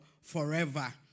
forever